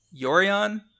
Yorion